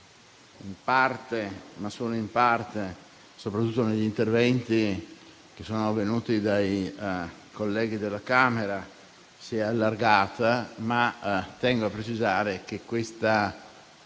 in parte, ma solo in parte, soprattutto negli interventi che sono venuti dai colleghi della Camera, si è allargata, ma tengo a precisare che questa